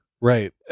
Right